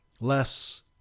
less